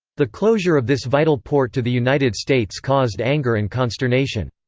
the closure of this vital port to the united states caused anger and consternation.